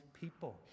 people